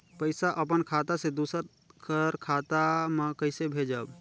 पइसा अपन खाता से दूसर कर खाता म कइसे भेजब?